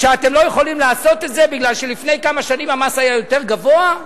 אתם לא יכולים לעשות את זה כי לפני כמה שנים המס היה יותר גבוה,